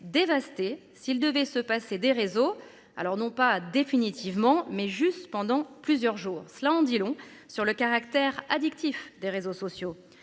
dévastée s'il devait se passer des réseaux alors non pas définitivement mais juste pendant plusieurs jours. Cela en dit long sur le caractère addictif des réseaux sociaux.